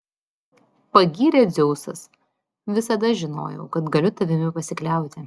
pagyrė dzeusas visada žinojau kad galiu tavimi pasikliauti